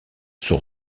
son